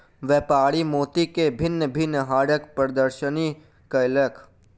व्यापारी मोती के भिन्न भिन्न हारक प्रदर्शनी कयलक